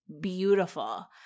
beautiful